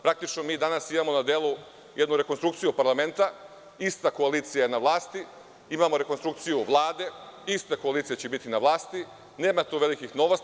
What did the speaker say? Praktično mi danas imamo na delu jednu rekonstrukciju parlamenta, ista koalicija je na vlasti, imamo rekonstrukciju Vlade, ista koalicija će biti na vlasti, nema tu velikih novosti.